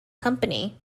company